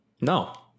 No